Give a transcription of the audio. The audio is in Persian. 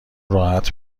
راحت